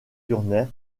turner